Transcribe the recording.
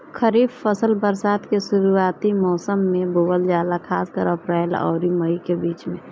खरीफ फसल बरसात के शुरूआती मौसम में बोवल जाला खासकर अप्रैल आउर मई के बीच में